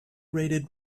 rated